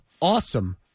awesome